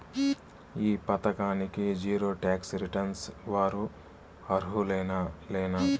ఈ పథకానికి zero tax returns వారు అర్హులేనా లేనా?